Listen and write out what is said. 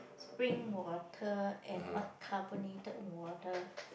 spring water and what carbonated water